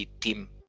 team